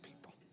people